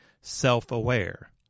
self-aware